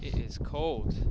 it is cold